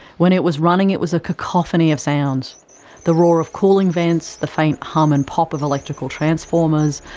when it was running, it was a cacophony of sounds the roar of cooling vents, the faint hum and pop of electrical transformers,